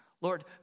Lord